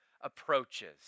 approaches